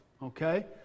Okay